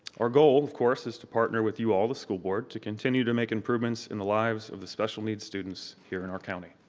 our goal of course is to partner with you all, the school board, to continue to make improvements in the lives of the special needs students here in our county.